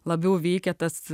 labiau veikia tas